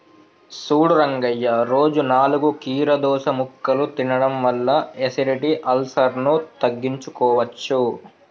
సూడు రంగయ్య రోజు నాలుగు కీరదోస ముక్కలు తినడం వల్ల ఎసిడిటి, అల్సర్ను తగ్గించుకోవచ్చు